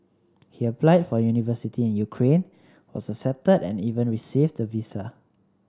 he applied for university in Ukraine was accepted and even received the visa